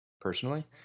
personally